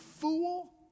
fool